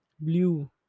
Blue